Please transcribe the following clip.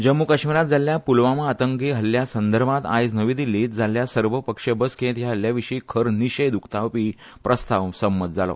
जम्मू काश्मीरात जाल्ल्या पुलवामा आतंकी हल्ल्यां संदर्भात आयज नवीदिल्लीत जाल्ल्या सर्वपक्षीय बसकेत या हल्ल्यांविशी खर निशेध उक्तावपी प्रस्ताव संमत जालो